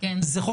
בחלק